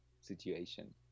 situation